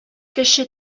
кеше